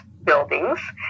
buildings